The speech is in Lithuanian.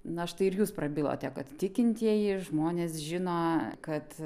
na štai ir jūs prabilote kad tikintieji žmonės žino kad